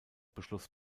beschloss